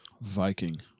Viking